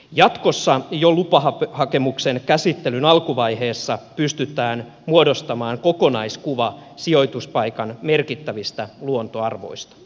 jatkossa jo lupahakemuksen käsittelyn alkuvaiheessa pystytään muodostamaan kokonaiskuva sijoituspaikan merkittävistä luontoarvoista